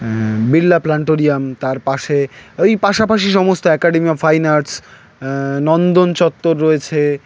Birla planetarium তার পাশে ওই পাশাপাশি সমস্ত academy of fine arts Nandan চত্বর রয়েছে